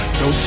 no